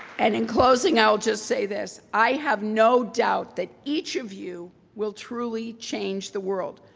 and in closing, i will just say this. i have no doubt that each of you will truly change the world.